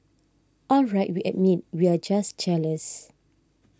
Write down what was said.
all right we admit we're just jealous